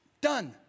Done